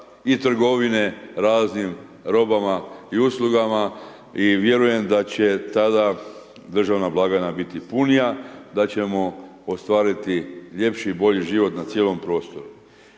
i trgovine raznim robama i uslugama i vjerujem da će tada državna blagajna biti punija da ćemo ostvariti ljepši i bolji život na cijelom prostoru.